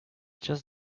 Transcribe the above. just